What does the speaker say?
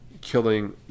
killing